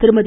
திருமதி